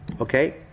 Okay